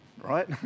right